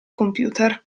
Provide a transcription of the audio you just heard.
computer